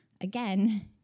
Again